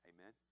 Amen